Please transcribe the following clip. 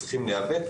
צריכים להיאבק,